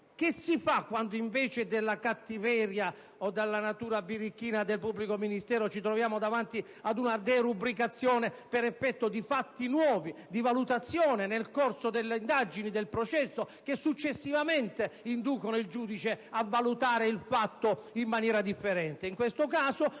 cosa si fa, quando, invece che davanti alla cattiveria o alla "natura birichina" del pubblico ministero, ci troviamo davanti ad una derubricazione per effetto di fatti nuovi, di valutazioni fatte nel corso delle indagini e del processo, che successivamente inducono il giudice a valutare il fatto in maniera differente.